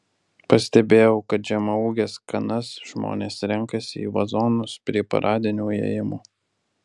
pastebėjau kad žemaūges kanas žmonės renkasi į vazonus prie paradinių įėjimų